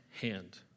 hand